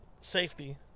safety